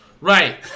Right